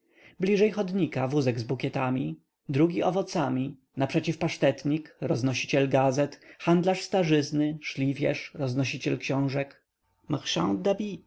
bliżej chodnika wózek z bukietami drugi owocami naprzeciw pasztetnik roznosiciel gazet handlarz starzyzny szlifierz roznosiciel książek mrchand